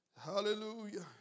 Hallelujah